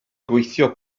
gweithio